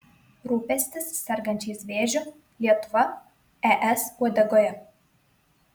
rūpestis sergančiais vėžiu lietuva es uodegoje